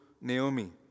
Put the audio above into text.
Naomi